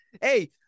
Hey –